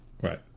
right